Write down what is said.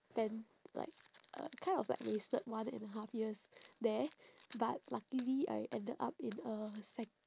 them like uh kind of like wasted like one and a half years there but luckily I ended up in a sec~